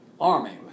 army